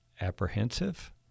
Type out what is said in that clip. apprehensive